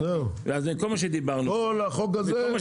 זהו, כל החוק הזה זה בשביל שיחליט מה לקנות.